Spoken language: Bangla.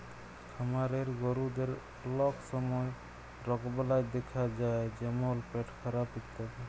খামারের গরুদের অলক সময় রগবালাই দ্যাখা যায় যেমল পেটখারাপ ইত্যাদি